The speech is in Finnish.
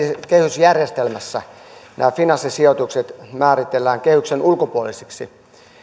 kehysjärjestelmässä nämä finanssisijoitukset määritellään kehyksen ulkopuolisiksi